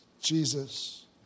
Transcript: Jesus